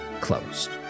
closed